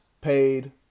paid